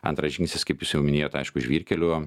antras žingsnis kaip jūs jau minėjot aišku žvyrkelių